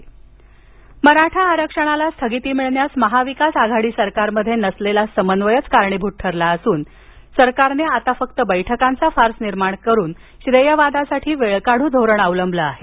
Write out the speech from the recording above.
मराठा आरक्षण अहमदनगर मराठा आरक्षणाला स्थगिती मिळण्यास महाविकास आघाडी सरकारमध्ये नसलेला समन्वयच कारणीभूत ठरला असून सरकारने आता फक्त बैठकांचा फार्स निर्माण करून श्रेयवादासाठी वेळकाढू धोरण अवलंबले आहे